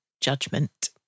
judgment